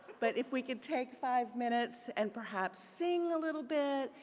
but if we could take five minutes and perhaps sing a little bit,